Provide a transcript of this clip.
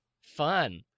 Fun